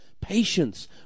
Patience